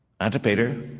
Antipater